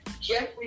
Jeffrey